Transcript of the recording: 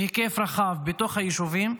בהיקף רחב בתוך היישובים,